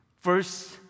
First